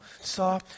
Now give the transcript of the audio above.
saw